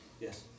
Yes